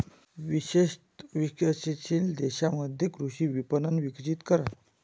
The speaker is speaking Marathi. विशेषत विकसनशील देशांमध्ये कृषी विपणन विकसित करा